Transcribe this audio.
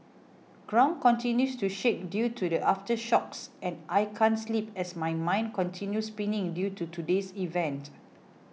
ground continues to shake due to the aftershocks and I can't sleep as my mind continue spinning due to today's events